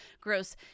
gross